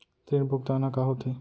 ऋण भुगतान ह का होथे?